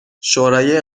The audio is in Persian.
شورای